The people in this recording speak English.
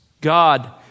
God